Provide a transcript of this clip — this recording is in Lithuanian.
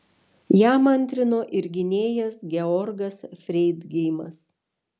jam antrino ir gynėjas georgas freidgeimas